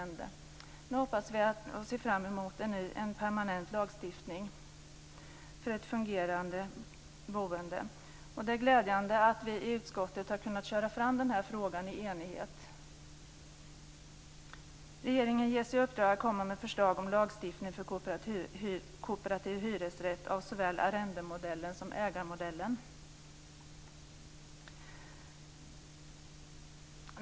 Nu hoppas vi på och ser fram emot en ny permanent lagstiftning för ett fungerande boende. Det är glädjande att vi i utskottet har kunnat föra fram denna fråga i enighet. Regeringen ges i uppdrag att komma med förslag om lagstiftning om kooperativ hyresrätt av såväl arrendemodellen som ägarmodellen.